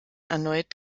erneut